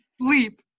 sleep